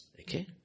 Okay